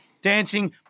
dancing